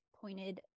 pointed